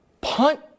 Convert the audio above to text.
punt